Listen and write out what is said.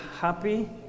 happy